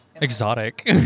Exotic